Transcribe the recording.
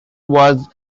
was